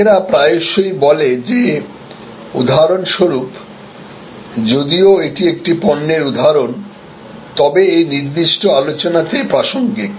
লোকেরা প্রায়শই বলে যে উদাহরণস্বরূপযদিও এটি একটি পণ্যের উদাহরণ তবে এই নির্দিষ্ট আলোচনাতে প্রাসঙ্গিক